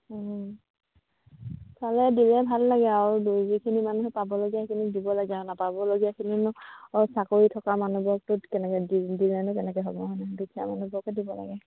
পালে দিলে ভাল লাগে আৰু দু যিখিনি মানুহে পাবলগীয়াখিনিক দিব লাগে আৰু নাপাবলগীয়াখিনিনো অ চাকৰি থকা মানুহবোৰকতো কেনেকৈ দি দিলেনো কেনেকৈ হ'ব হয় নাই দুখীয়া মানুহবোৰকে দিব লাগে